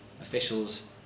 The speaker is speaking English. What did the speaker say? officials